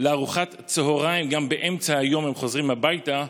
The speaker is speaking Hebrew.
לארוחת צוהריים גם באמצע היום הם חוזרים הביתה,